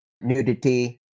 nudity